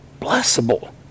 blessable